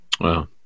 Wow